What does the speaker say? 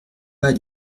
pas